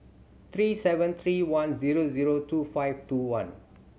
three seven three one zero zero two five two one